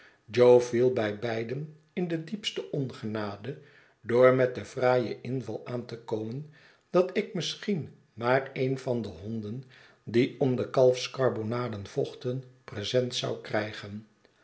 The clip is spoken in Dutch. viel bij beiden in de diepste ongenade door met den fraaien inval aan te komen dat ik misschien maar een van de honden die om de kalfskarbonaden vochten present zou krijgen